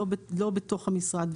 לא בתוך המשרד,